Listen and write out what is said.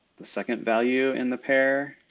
the second value in the pair.